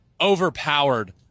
overpowered